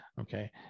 Okay